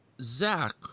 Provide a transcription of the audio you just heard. Zach